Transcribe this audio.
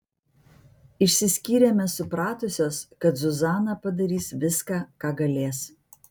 išsiskyrėme supratusios kad zuzana padarys viską ką galės